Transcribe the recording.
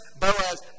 Boaz